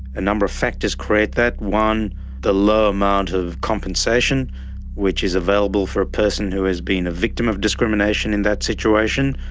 a number of factors create that. one the low amount of compensation which is available for a person who has been a victim of discrimination in that situation,